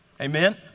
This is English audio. Amen